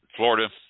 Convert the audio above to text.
Florida